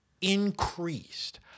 increased